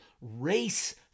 race